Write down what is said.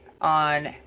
on